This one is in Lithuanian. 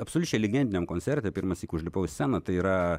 absoliučiai legendiniam koncerte pirmąsyk užlipau į sceną tai yra